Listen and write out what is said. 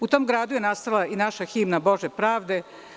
U tom gradu je nastala i naša himna „Bože pravde“